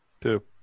Two